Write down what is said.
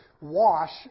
wash